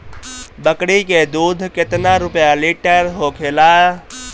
बकड़ी के दूध केतना रुपया लीटर होखेला?